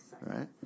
right